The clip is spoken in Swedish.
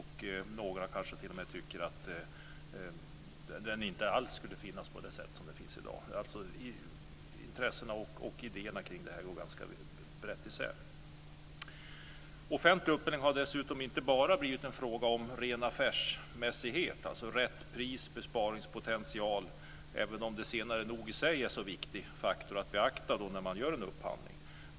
Några kanske t.o.m. tycker att den inte alls skulle finnas på det sätt som den finns i dag. Intressena och idéerna kring detta går ganska brett isär. Offentlig upphandling har dessutom inte bara blivit en fråga om ren affärsmässighet, dvs. rätt pris och besparingspotential, även om det senare nog i sig är en viktig faktor att beakta när man gör en upphandling.